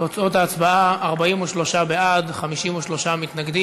תוצאות ההצבעה: 43 בעד, 53 נגד.